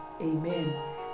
amen